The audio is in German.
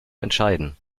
entscheiden